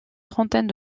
trentaine